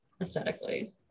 aesthetically